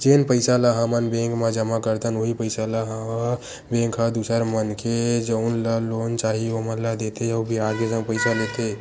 जेन पइसा ल हमन बेंक म जमा करथन उहीं पइसा ल बेंक ह दूसर मनखे जउन ल लोन चाही ओमन ला देथे अउ बियाज के संग पइसा लेथे